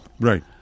right